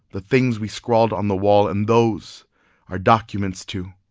the things we scrawled on the wall and those are documents, too,